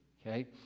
Okay